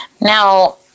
Now